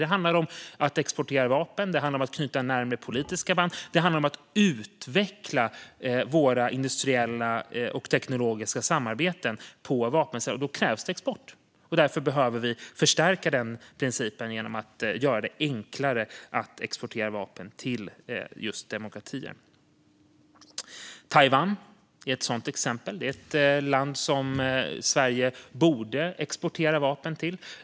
Det handlar om att exportera vapen, det handlar om att knyta närmare politiska band och det handlar om att utveckla våra industriella och teknologiska samarbeten på vapensidan. För detta krävs export, och därför behöver vi förstärka den principen genom att göra det enklare att exportera vapen till just demokratier. Taiwan är ett exempel på ett land som Sverige borde exportera vapen till.